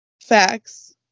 facts